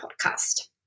podcast